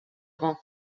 rang